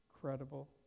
credible